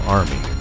army